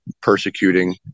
persecuting